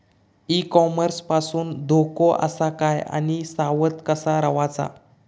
E commerce पासून धोको आसा काय आणि सावध कसा रवाचा?